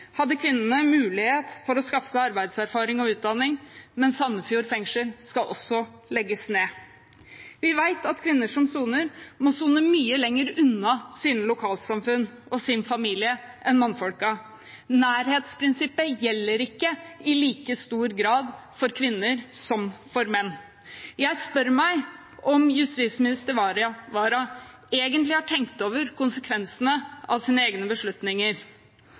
hadde kvinnene mulighet til å skaffe seg arbeidserfaring og utdanning, men Sandefjord fengsel skal også legges ned. Vi vet at kvinner som soner, må sone mye lengre unna sine lokalsamfunn og sin familie enn mannfolkene. Nærhetsprinsippet gjelder ikke i like stor grad for kvinner som for menn. Jeg spør meg om justisminister Wara egentlig har tenkt over konsekvensene av sine egne beslutninger.